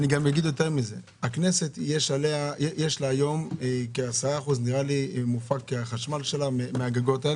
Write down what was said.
אגיד יותר מזה: היום כ-10% מן החשמל של הכנסת מופק מן הגגות.